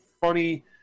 funny